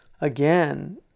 Again